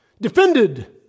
defended